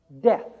Death